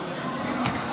נגד.